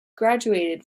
graduated